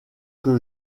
que